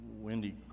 Wendy